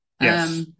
yes